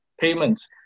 payments